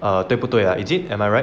err 对不对啊 is it am I right